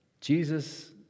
Jesus